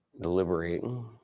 deliberating